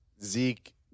Zeke